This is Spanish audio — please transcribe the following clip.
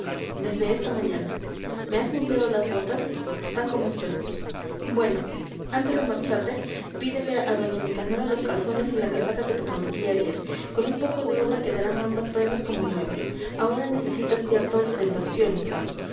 desde esta mañana me has limpiado las botas están como espejos bueno antes de marcharte pídele a doña nicanora los calzones y la casaca que te prometí ayer con un poco de obra quedarán ambas prendas como nuevas ahora necesitas cierta ostentación juan